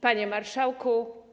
Panie Marszałku!